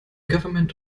government